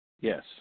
Yes